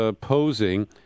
posing